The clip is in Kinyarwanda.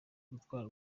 gutwara